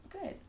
Good